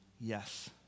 yes